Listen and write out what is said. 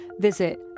visit